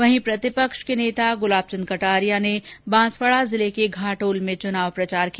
वहीं प्रतिपक्ष के नेता गुलाबचंद कटारिया ने बांसवाड़ा जिले के घाटोल में चुनाव प्रचार किया